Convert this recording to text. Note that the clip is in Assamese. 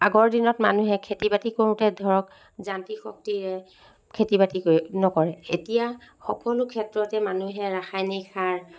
আগৰ দিনত মানুহে খেতি বাতি কৰোঁতে ধৰক যান্ত্ৰিক শক্তিয়ে খেতি বাতি কৰি নকৰে এতিয়া সকলো ক্ষেত্ৰতে মানুহে ৰাসায়নিক সাৰ